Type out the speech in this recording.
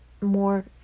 more